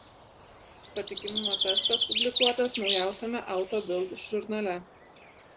patikimumo testas publikuotas naujausiame auto bild žurnale